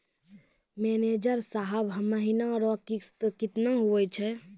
manager साहब महीना रो किस्त कितना हुवै छै